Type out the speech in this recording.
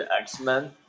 X-Men